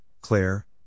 Claire